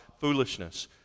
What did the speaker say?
foolishness